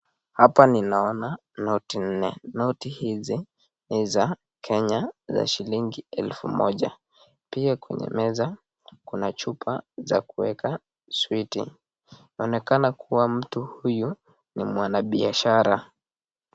Hapa ninaona noti nne, noti hizi ni za Kenya za shilingi helfu moja. Pia kwenye meza Kuna chupa za kuweka switi. Inaonekana kuwa mtu huyo ni mwanabiashara